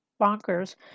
bonkers